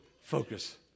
focus